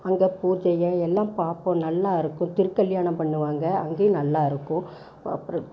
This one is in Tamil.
அங்கே பூஜைகள் எல்லாம் பார்ப்போம் நல்லா இருக்கும் திருக்கல்யாணம் பண்ணுவாங்க அங்கேயும் நல்லா இருக்கும் அப்புறம்